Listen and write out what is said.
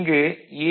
இங்கு A